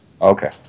Okay